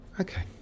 Okay